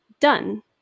done